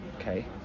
Okay